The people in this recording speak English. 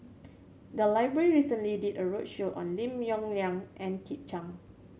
the library recently did a roadshow on Lim Yong Liang and Kit Chan